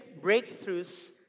breakthroughs